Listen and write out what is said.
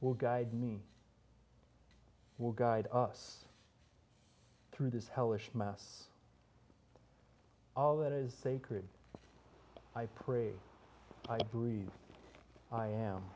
will guide me will guide us through this hellish mess all that is sacred i pray i breathe i am